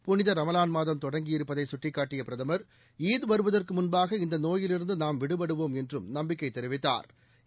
புனித ரமலான் மாதம் தொடங்கி இருப்பதை சுட்டிக்காட்டிய பிரதமா் ஈத் வருவதற்கு முன்பாக இந்த நோயிலிருந்து நாம் விடுபடுவோம் என்றும் நம்பிக்கை தெரிவித்தாா்